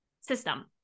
system